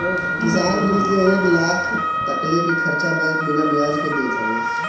किसान कुल के एक लाख तकले के कर्चा बैंक बिना बियाज के देत हवे